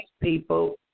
people